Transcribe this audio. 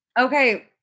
Okay